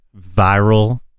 viral